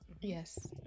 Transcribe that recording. Yes